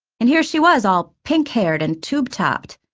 and here she was all pink-haired and tube-topped.